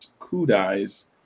kudais